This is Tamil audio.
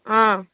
ஆ